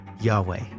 Yahweh